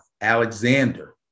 Alexander